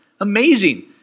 Amazing